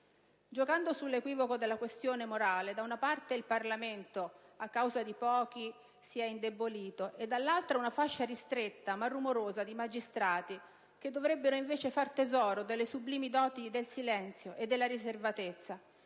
Giocando sull'equivoco della questione morale, da una parte il Parlamento a causa di pochi si è indebolito e, dall'altra, una fascia ristretta ma rumorosa di magistrati (che dovrebbero invece far tesoro delle sublimi doti del silenzio e della riservatezza)